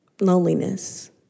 loneliness